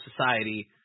society